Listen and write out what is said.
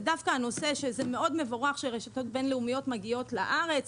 זה מאוד מבורך שרשתות בין-לאומיות מגיעות לארץ,